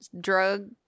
Drug